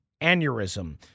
aneurysm